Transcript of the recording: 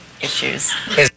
issues